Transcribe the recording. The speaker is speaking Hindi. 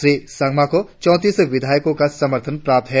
श्री संगमा को चौतीस विधायकों का समर्थन प्राप्त है